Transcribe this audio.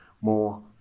more